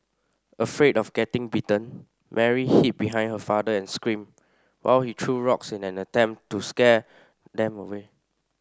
afraid of getting bitten Mary hid behind her father and screamed while he threw rocks in an attempt to scare them away